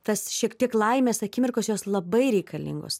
tas šiek tiek laimės akimirkos jos labai reikalingos